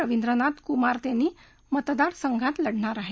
रविद्रनाथ कुमारतेनी मतदारसंघात लढणार आहेत